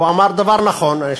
הוא אמר דבר נכון,